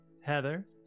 heather